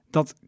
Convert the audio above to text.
Dat